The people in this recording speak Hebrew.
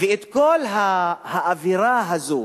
ואת כל האווירה הזאת,